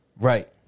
right